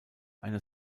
eines